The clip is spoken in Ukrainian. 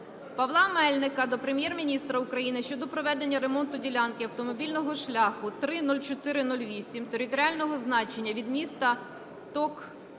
Павла Мельника до Прем'єр-міністра України щодо проведення ремонту ділянки автомобільного шляху 3 0408 територіального значення від міста Токмак